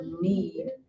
need